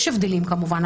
יש הבדלים כמובן,